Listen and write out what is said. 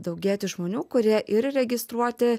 daugėti žmonių kurie ir registruoti